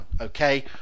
Okay